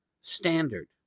standard